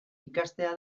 ikastea